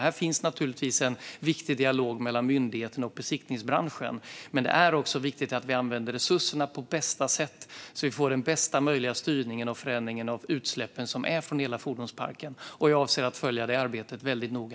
Här finns en viktig dialog mellan myndigheten och besiktningsbranschen, men det är också viktigt att vi använder resurserna på bästa sätt så att vi får bästa möjliga styrning och förändring av utsläppen från hela fordonsparken. Jag avser att följa detta arbete väldigt noga.